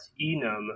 enum